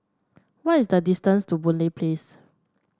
what is the distance to Boon Lay Place